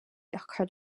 cut